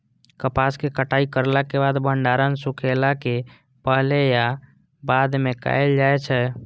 कपास के कटाई करला के बाद भंडारण सुखेला के पहले या बाद में कायल जाय छै?